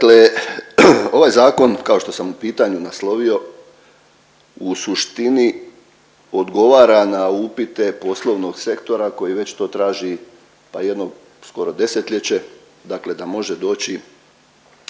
… ovaj zakon, kao što sam u pitanju naslovio, u suštini odgovara na upite poslovnog sektora koji već to traži pa jedno skoro desetljeće, dakle da može doći